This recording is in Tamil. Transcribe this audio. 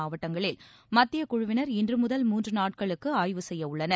மாவட்டங்களில் மத்திய குழுவினர் இன்றுமுதல் மூன்று நாட்களுக்கு ஆய்வு செய்ய உள்ளனர்